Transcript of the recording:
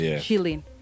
chilling